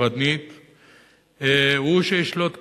תורתית-תורנית, הוא שישלוט כאן.